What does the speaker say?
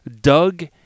Doug